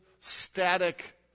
static